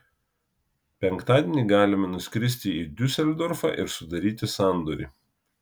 penktadienį galime nuskristi į diuseldorfą ir sudaryti sandorį